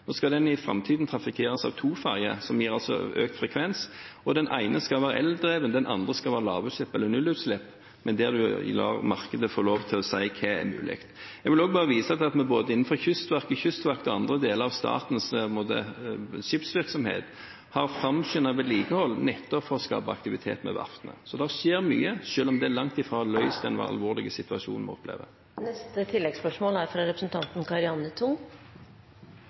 i framtiden skal trafikkeres av to ferger, som gir økt frekvens, og den ene skal være eldreven, den andre skal være lavutslipps eller nullutslipps, men der en lar markedet få lov til å si hva som er mulig. Jeg vil også bare vise til at vi både innenfor Kystverket, Kystvakten og andre deler av statens skipsvirksomhet har framskyndet vedlikehold nettopp for å skape aktivitet ved verftene. Så det skjer mye, selv om det langt fra har løst den alvorlige